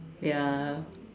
ya